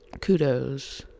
kudos